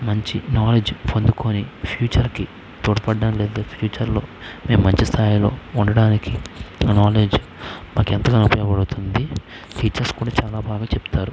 మంచి నాలెడ్జ్ పొందుకొని ఫ్యూచర్కి తోడ్పడడం లేదా ఫ్యూచర్లో మేము మంచి స్థాయిలో ఉండటానికి ఆ నాలెడ్జ్ మాకు ఎంతగానో ఉపయోగపడుతుంది టీచర్స్ కూడా చాలా బాగా చెప్తారు